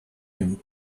him